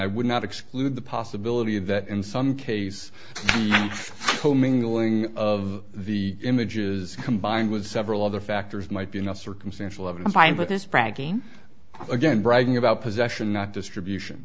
i would not exclude the possibility that in some cases co mingling of the images combined with several other factors might be enough circumstantial evidence fine but this bragging again bragging about possession not distribution